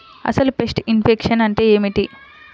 అసలు pest infection అంటే ఏమిటి?